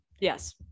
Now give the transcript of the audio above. Yes